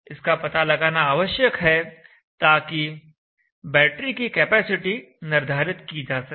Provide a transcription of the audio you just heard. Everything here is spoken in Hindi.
इसका पता लगाना आवश्यक है ताकि बैटरी की कैपेसिटी निर्धारित की जा सके